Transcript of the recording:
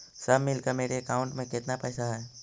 सब मिलकर मेरे अकाउंट में केतना पैसा है?